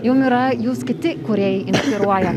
jum yra jūs kiti kūrėjai įnspiruoja